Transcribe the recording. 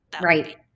Right